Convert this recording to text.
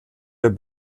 der